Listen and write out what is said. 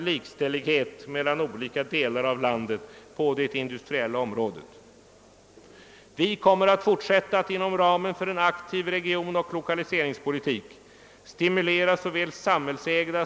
Jag tror att herr Burenstam Linder underskattar riksdagsledamöternas förmåga både att motta den information som de begär och också att ställa de relevanta frågorna.